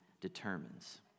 determines